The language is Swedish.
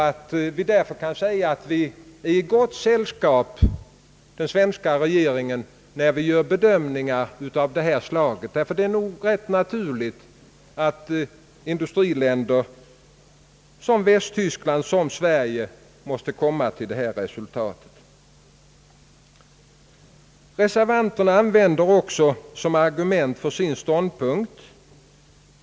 Vi kan därför säga att den svenska regeringen är i gott sällskap, när vi gör bedömningar av detta slag, ty det är nog rätt naturligt att industriländer som Västtyskland och Sverige måste komma till detta resultat. Reservanterna använder också det argumentet som sin ståndpunkt.